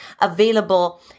available